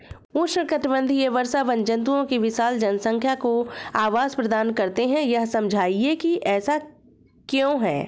उष्णकटिबंधीय वर्षावन जंतुओं की विशाल जनसंख्या को आवास प्रदान करते हैं यह समझाइए कि ऐसा क्यों है?